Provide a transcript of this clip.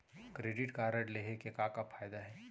Credit card लेहे के का का फायदा हे?